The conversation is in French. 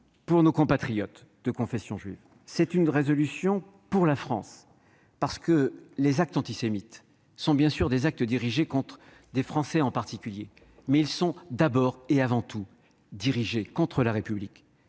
pour nos compatriotes de confession juive ; c'est une résolution pour la France. Les actes antisémites sont bien sûr des actes dirigés contre des Français en particulier ; mais ils sont d'abord et avant tout dirigés contre la République